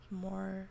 more